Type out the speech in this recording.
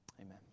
Amen